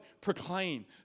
proclaim